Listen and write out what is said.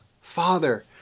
Father